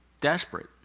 Desperate